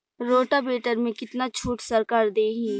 Rotavator में कितना छूट सरकार देही?